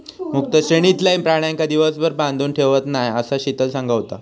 मुक्त श्रेणीतलय प्राण्यांका दिवसभर बांधून ठेवत नाय, असा शीतल सांगा होता